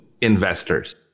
investors